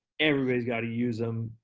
everybody's gotta use em.